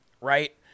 right